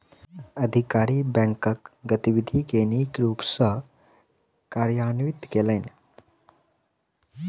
अधिकारी बैंकक गतिविधि के नीक रूप सॅ कार्यान्वित कयलैन